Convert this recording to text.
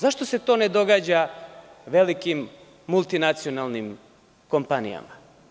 Zašto se to ne događa velikim multinacionalnim kompanijama?